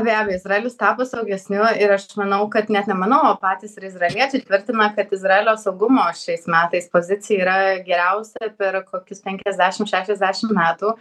be abejo izraelis tapo saugesniu ir aš manau kad net ne manau o patys ir izraeliečiai tvirtina kad izraelio saugumo šiais metais pozicija yra geriausia per kokius penkiasdešim šešiasdešim metų